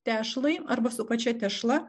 tešlai arba su pačia tešla